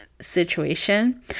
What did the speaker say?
situation